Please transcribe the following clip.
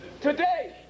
today